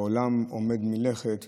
העולם עומד מלכת ומלטוס.